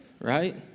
Right